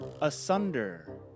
Asunder